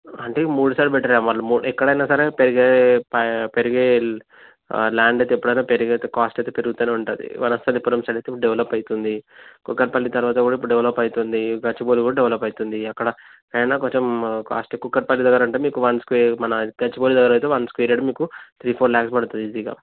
అంటే మూడుసార్లు బెటరే ఎక్కడైనా సరే పెరిగే పెరిగే ల్యాండ్ అయితే ఎప్పుడైనా పెరిగేది ల్యాండ్ కాస్ట్ అయితే పెరుగుతూనే ఉంటుంది వనస్థలిపురం సైడ్ అయితే ఇప్పుడు డెవలప్ అవుతుంది కూకట్పల్లి తర్వాత కూడా ఇప్పుడు డెవలప్ అవుతుంది గచ్చిబౌలి కూడా డెవలప్ అవుతుంది అక్కడ అయినా కొంచెం కాస్ట్ ఎక్కువ కూకట్పల్లి దగ్గరంటే మీకు వన్ స్క్వేర్ మన గచ్చిబౌలి దగ్గర అయితే వన్ స్క్వేర్ యార్డ్ మీకు త్రీ ఫోర్ ల్యాక్స్ పడుతుంది ఈజీగా